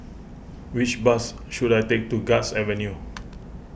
which bus should I take to Guards Avenue